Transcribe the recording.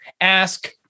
Ask